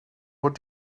what